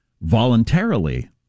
voluntarily